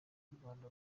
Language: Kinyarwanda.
rwanda